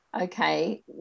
okay